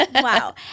wow